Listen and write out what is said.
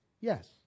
Yes